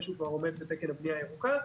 שהוא כבר עומד בתקן הבנייה הירוקה.